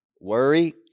worry